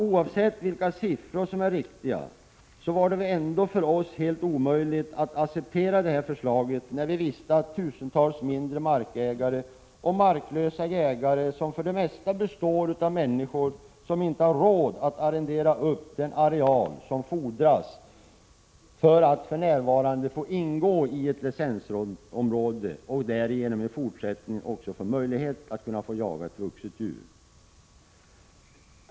Oavsett vilka siffror som är riktiga var det ändå för oss helt omöjligt att acceptera det här förslaget, när vi visste att det gällde tusentals mindre markägare och marklösa jägare, som för det mesta består av människor som inte har råd att arrendera upp den areal som fordras för närvarande för att få ingå i ett licensområde och därigenom i fortsättningen också få möjlighet att jaga ett vuxet djur.